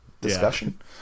discussion